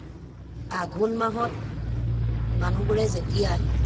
আঘোণ মাহত মানুহবোৰে যেতিয়া